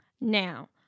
Now